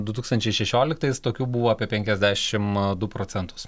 du tūkstančiai šešioliktais tokių buvo apie penkiasdešimt du procentus